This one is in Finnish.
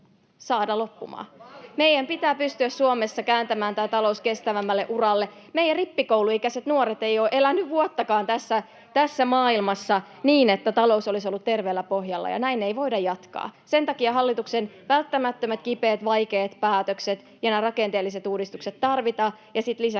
Meidän pitää pystyä Suomessa kääntämään tämä talous kestävämmälle uralle. Meidän rippikouluikäiset nuoret eivät ole eläneet vuottakaan tässä maailmassa, [Niina Malm: Lisää veronkevennyksiä rikkaille!] niin että talous olisi ollut terveellä pohjalla, ja näin ei voida jatkaa. Sen takia hallituksen välttämättömät, kipeät, vaikeat päätökset ja nämä rakenteelliset uudistukset tarvitaan